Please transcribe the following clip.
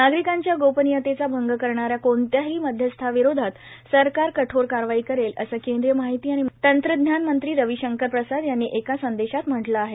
नागरिकांच्या गोपनीयतेचा भंग करणाऱ्या कोणत्याही मध्यस्थाविरोधात सरकार कठोर कारवाई करेल असं केंद्रीय माहिती आणि तंत्रज्ञानमंत्री रवीशंकर प्रसाद यांनी एका संदेशात म्हटलं आहे